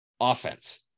offense